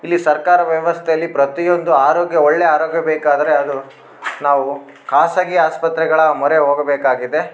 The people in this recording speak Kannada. ಇಲ್ಲಿ ಸರ್ಕಾರ ವ್ಯವಸ್ಥೆಯಲ್ಲಿ ಪ್ರತಿಯೊಂದು ಆರೋಗ್ಯ ಒಳ್ಳೆಯ ಆರೋಗ್ಯ ಬೇಕಾದರೆ ಅದು ನಾವು ಖಾಸಗಿ ಆಸ್ಪತ್ರೆಗಳ ಮೊರೆ ಹೋಗಬೇಕಾಗಿದೆ